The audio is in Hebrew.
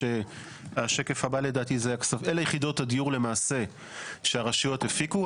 אלה יחידות הדיור למעשה שהרשויות הפיקו.